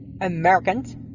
Americans